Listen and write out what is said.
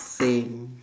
same